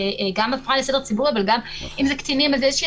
גם בהפרעה לסדר ציבורי אבל גם אם זה קטינים אז יש איזושהי